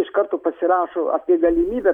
iš karto pasirašo apie galimybę